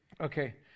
Okay